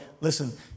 Listen